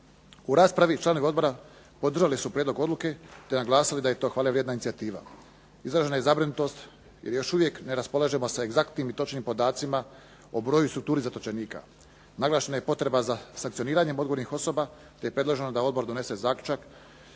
U raspravi članovi Odbora podržali su prijedlog odluke te naglasili da je to hvalevrijedna inicijativa. Izražena je zabrinutost jer još uvijek ne raspolažemo sa egzaktnim i točnim podacima o broju i strukturi zatočenika. Naglašena je potreba za sankcioniranjem odgovornih osoba, te je predloženo da Odbor donese zaključak